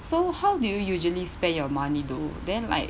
so how do you usually spend your money do then like